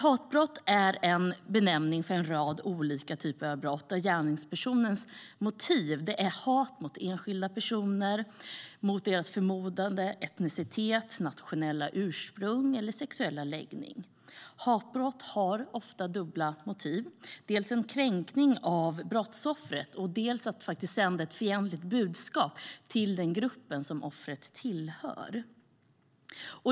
Hatbrott är en benämning på en rad olika typer av brott där gärningspersonens motiv är hat mot enskilda personer på grund av deras förmodade etnicitet, nationella ursprung eller sexuella läggning. Hatbrott har ofta dubbla motiv, dels en kränkning av brottsoffret, dels att sända ett fientligt budskap till den grupp som offret tillhör.